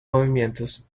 movimientos